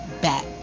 back